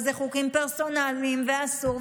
וזה חוקים פרסונליים וזה אסור,